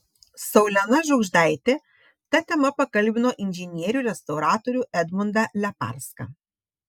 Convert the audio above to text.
saulena žiugždaitė ta tema pakalbino inžinierių restauratorių edmundą leparską